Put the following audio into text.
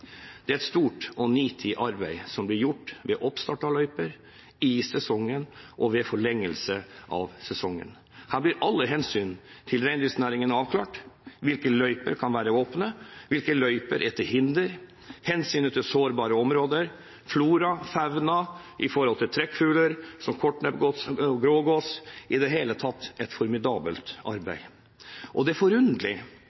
Det er et stort og nitid arbeid som blir gjort ved oppstart av løyper, i sesongen og ved forlengelse av sesongen. Her blir alle hensyn til reindriftsnæringen avklart, hvilke løyper kan være åpne, hvilke løyper er til hinder, hensynet til sårbare områder, flora, fauna, hensynet til trekkfugler som kortnebbgås og grågås – i det hele tatt et formidabelt arbeid. Det er forunderlig